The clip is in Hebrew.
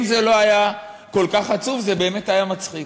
אם זה לא היה כל כך עצוב, זה באמת היה מצחיק.